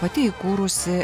pati įkūrusi